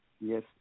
Yes